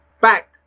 back